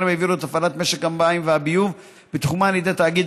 העבירו את הפעלת משק המים והביוב בתחומן לידי תאגיד,